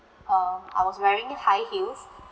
um I was wearing high heels